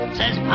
says